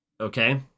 okay